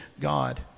God